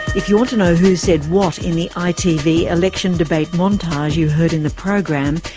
if you want to know who said what in the itv election debate montage you heard in the program,